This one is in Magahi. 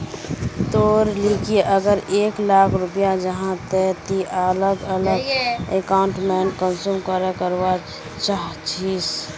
तोर लिकी अगर एक लाख रुपया जाहा ते ती अलग अलग इन्वेस्टमेंट कुंसम करे करवा चाहचिस?